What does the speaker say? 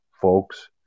folks